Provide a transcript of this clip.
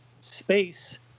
space